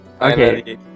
okay